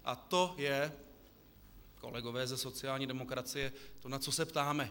A to je, kolegové ze sociální demokracie, to, na co se ptáme.